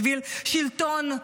בשביל שלטון,